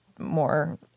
more